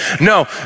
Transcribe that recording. No